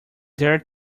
their